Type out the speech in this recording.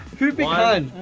who pick han?